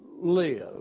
live